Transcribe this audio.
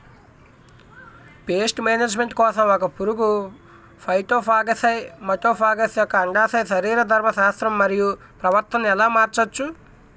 Paste management కోసం ఒక పురుగు ఫైటోఫాగస్హె మటోఫాగస్ యెక్క అండాశయ శరీరధర్మ శాస్త్రం మరియు ప్రవర్తనను ఎలా మార్చచ్చు?